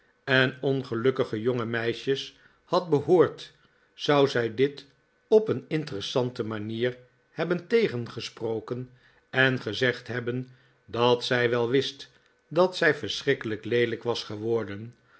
en ongelukkige joirge meisjes had behoord zou zij dit op een interessante manier hebben tegengesproken en gezegd hebben dat zij wel wist dat zij verschrikkelijk leelijk was geworden